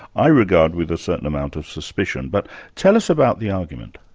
i regard with a certain amount of suspicion. but tell us about the argument.